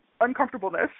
uncomfortableness